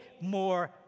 more